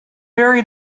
very